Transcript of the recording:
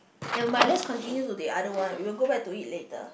ya but let's continue to the other one we will go back to it later